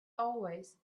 always